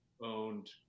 owned